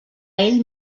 ell